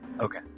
Okay